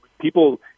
people